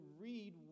read